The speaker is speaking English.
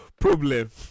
Problem